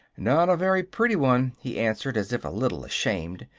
not a very pretty one, he answered, as if a little ashamed.